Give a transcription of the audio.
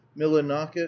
millinocket